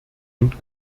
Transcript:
und